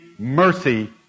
mercy